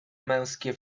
męskie